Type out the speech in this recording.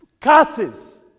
curses